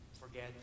forget